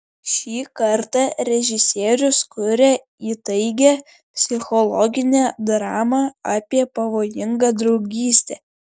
šį kartą režisierius kuria įtaigią psichologinę dramą apie pavojingą draugystę